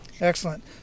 Excellent